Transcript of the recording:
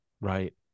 Right